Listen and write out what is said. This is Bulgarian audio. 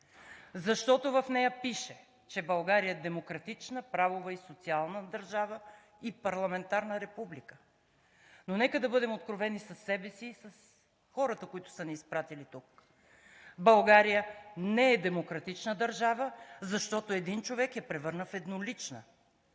защо в нея пише, че България е демократична, правова и социална държава и парламентарна република. Нека да бъдем откровени със себе си и с хората, които са ни изпратили тук. България не е демократична държава, защото един човек я превърна в еднолична.